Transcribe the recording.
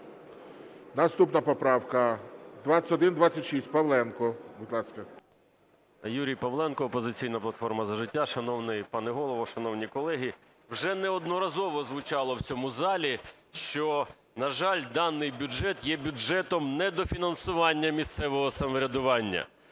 Наступна поправка 2126, Павленко. Будь ласка. 11:06:59 ПАВЛЕНКО Ю.О. Юрій Павленко, "Опозиційна платформа – За життя". Шановний пане Голово, шановні колеги, вже неодноразово звучало в цьому залі, що, на жаль, даний бюджет є бюджетом недофінансування місцевого самоврядування.